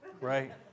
right